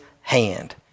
hand